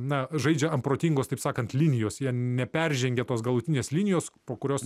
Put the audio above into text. na žaidžia ant protingos taip sakant linijos jie neperžengia tos galutinės linijos po kurios